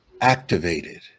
activated